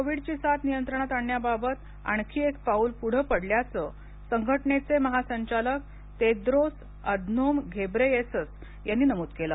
कोविडची साथ नियंत्रणात आणण्याबाबत आणखी एक पाऊल पुढं पडल्याचं संघटनेचे महासंचालक तेद्रोस अधनोम घेब्रेयेसस यांनी नमूद केलं